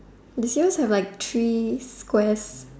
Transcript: they just have like three squares